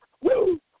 Woo